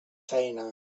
feina